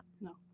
no